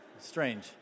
strange